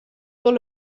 all